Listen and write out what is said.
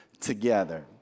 together